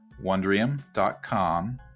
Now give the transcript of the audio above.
wondrium.com